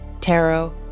tarot